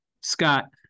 Scott